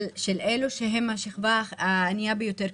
של אלו שהם השכבה הענייה ביותר,